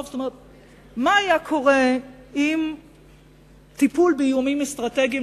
מה היה קורה אם טיפול באיומים אסטרטגיים,